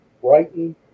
Brighton